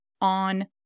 on